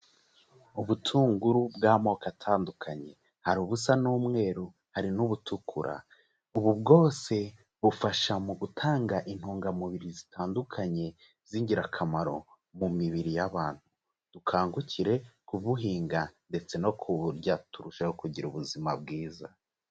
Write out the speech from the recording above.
Ubutunguru bw'amoko atandukanye hari ubusa n'umweru, hari n'ubutukura, ubu bwose bufasha mu gutanga intungamubiri zitandukanye z'ingirakamaro mu mibiri y'abantu, dukangukire kubuhinga ndetse no kuburya turusheho kugira ubuzima bwiza.